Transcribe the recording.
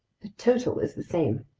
the total is the same.